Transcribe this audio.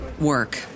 work